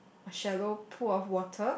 a shallow pool of water